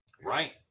Right